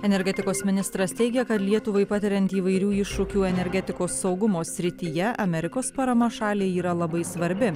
energetikos ministras teigia kad lietuvai patiriant įvairių iššūkių energetikos saugumo srityje amerikos parama šaliai yra labai svarbi